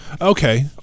Okay